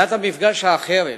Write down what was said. נקודת המפגש האחרת